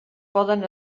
poden